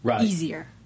easier